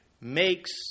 makes